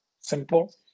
simple